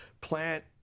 plant